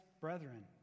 brethren